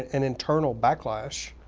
an internal backlash,